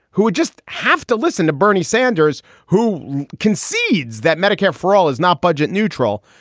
who would just have to listen to bernie sanders, who concedes that medicare for all is not budget neutral.